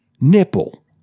nipple